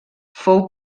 fou